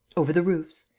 over the roofs.